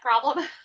problem